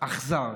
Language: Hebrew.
שלה אכזר.